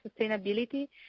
sustainability